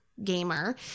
gamer